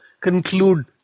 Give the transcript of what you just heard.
conclude